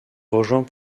rejoint